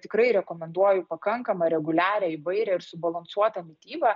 tikrai rekomenduoju pakankamą reguliarią įvairią ir subalansuotą mitybą